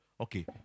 okay